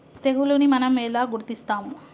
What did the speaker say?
తెగులుని మనం ఎలా గుర్తిస్తాము?